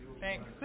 Thanks